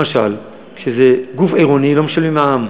למשל, כשזה גוף עירוני לא משלמים מע"מ.